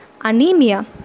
anemia